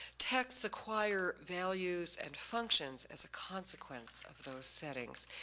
text acquire values and functions as a consequence of those settings.